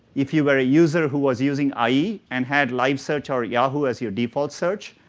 if you are a user who was using ie and had live search ah or yahoo! as your default search,